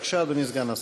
בבקשה, אדוני סגן השר.